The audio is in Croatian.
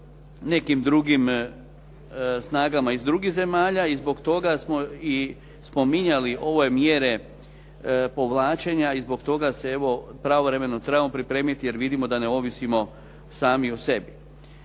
nekim drugim snagama iz drugih zemalja. I zbog toga smo i spominjali ove mjere povlačenja i zbog toga se evo pravovremeno trebamo pripremiti jer vidimo da ne ovisimo sami o sebi.